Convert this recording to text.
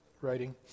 writing